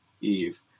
Eve